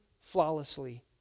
flawlessly